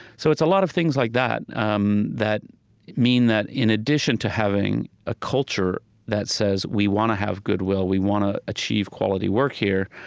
so it's a lot of things like that um that mean that, in addition to having a culture that says we want to have goodwill, we want to achieve quality work here,